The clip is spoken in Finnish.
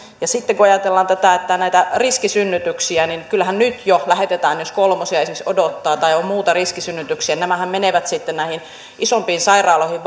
sitten kun ajatellaan näitä riskisynnytyksiä niin kyllähän nyt jo jos kolmosia esimerkiksi odottaa tai on muita riskisynnytyksiä nämä menevät valmiiksi sitten näihin isompiin sairaaloihin